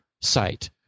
site